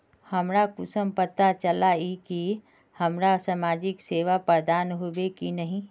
हमरा कुंसम पता चला इ की हमरा समाजिक सेवा प्रदान होबे की नहीं?